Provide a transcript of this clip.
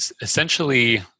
essentially